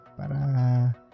para